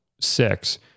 six